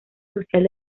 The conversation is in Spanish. social